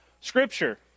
scripture